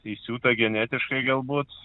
įsiūta genetiškai galbūt